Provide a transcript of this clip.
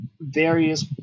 various